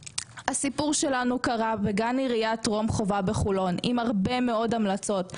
הסיפור שלנו קרה בגן עירייה טרום חובה בחולון שהיו לו הרבה מאוד המלצות.